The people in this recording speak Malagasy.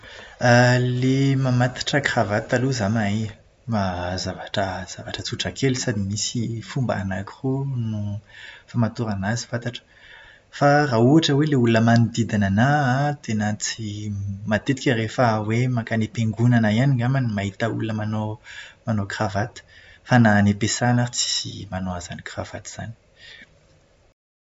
Ilay mamatotra kravaty aloha izaho mahay e. Fa zavatra zavatra tsotra kely sady misy fomba anaky roa no famatorana azy fantatro. Fa raha ohatra hoe ilay olona manodidina anahy an, tena tsy matetika rehefa hoe mankany ampiangonana ihany angamba no mahita olona manao manao kravaty fa na any am-piasàna ary tsisy manao an'izany kravaty izany.